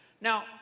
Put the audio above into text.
Now